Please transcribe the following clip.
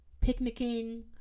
picnicking